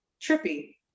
trippy